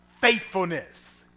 faithfulness